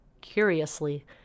Curiously